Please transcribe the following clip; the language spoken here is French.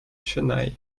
chennai